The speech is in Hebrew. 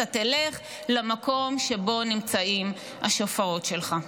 אתה תלך למקום שבו נמצאים השופרות שלך.